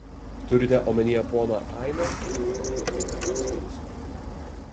turite omenyje poną ainą vilė atsiduso